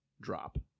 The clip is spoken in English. drop